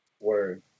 word